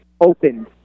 Opened